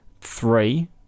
three